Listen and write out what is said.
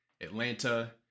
Atlanta